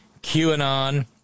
QAnon